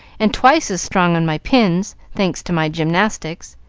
and twice as strong on my pins, thanks to my gymnastics.